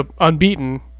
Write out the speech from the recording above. unbeaten